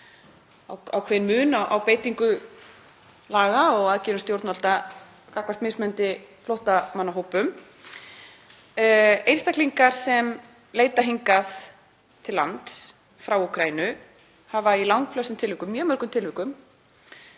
ákveðinn munur á beitingu laga og aðgerðum stjórnvalda gagnvart mismunandi flóttamannahópum — einstaklingar sem leita hingað til lands frá Úkraínu hafa í langflestum tilvikum, mjög mörgum tilvikum,